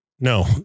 no